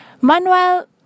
Manuel